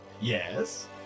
yes